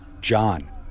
John